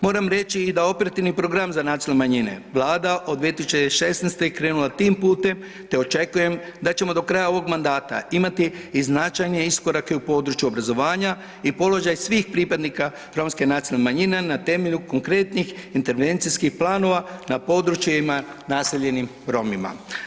Moram reći i da Operativni program za nacionalne manjine Vlada od 2016. je krenula tim putem te očekujem da ćemo do kraja ovog mandata imati i značajne iskorake u području obrazovanja i položaj svih pripadnika romske nacionalne manjine na temelju konkretnih intervencijskih planova na područjima naseljenim Romima.